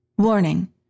Warning